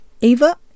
Eva